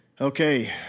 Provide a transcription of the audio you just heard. Okay